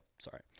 sorry